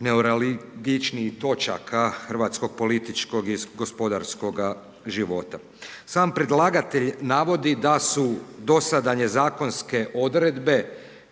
ne razumije./… točaka hrvatskog političkoga, iz gospodarskoga života. Sam predlagatelj navodi da su do sada …/Govornik se ne razumije./… zakonske odredbe,